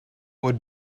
would